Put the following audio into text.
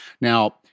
Now